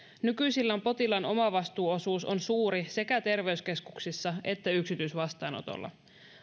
nykyisellään potilaan omavastuuosuus on suuri sekä terveyskeskuksissa että yksityisvastaanotolla